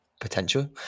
potential